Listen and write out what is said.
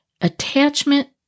attachment